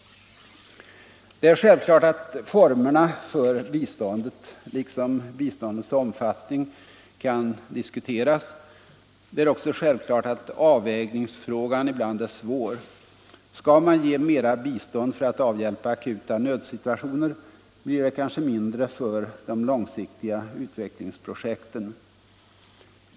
Det är självklart att formerna för biståndet — liksom biståndets omfattning — kan diskuteras. Det är också självklart att avvägningsfrågan ibland är svår. Skall man ge mera bistånd för att avhjälpa akuta nödsituationer blir det kanske mindre för de långsiktiga utvecklingsprojekten.